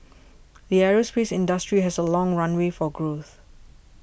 the aerospace industry has a long runway for growth